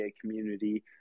community